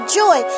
joy